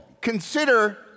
Consider